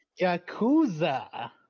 Yakuza